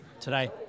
Today